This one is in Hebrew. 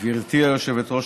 גברתי היושבת-ראש,